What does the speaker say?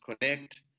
connect